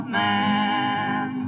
man